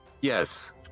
Yes